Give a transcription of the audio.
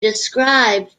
described